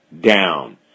down